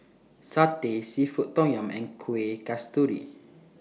Satay Seafood Tom Yum and Kuih Kasturi